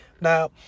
Now